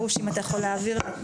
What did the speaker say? בבקשה.